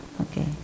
Okay